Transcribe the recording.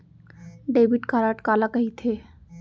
Debit card काला कहिथे?